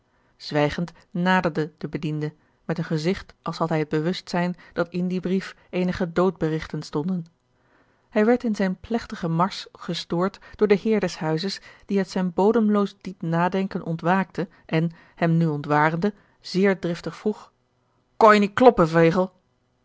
zwijgend naderde de bediende met een gezigt als had hij het bewustzijn dat in dien brief eenige doodberigten stonden hij werd in zijn plegtigen marsch gestoord door den heer des huizes die uit zijn bodemloos diep nadenken ontwaakte en hem nu ontwarende zeer driftig vroeg kon je niet